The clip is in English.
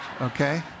okay